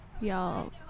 y'all